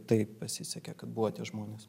tai pasisekė kad buvo tie žmonės